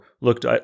looked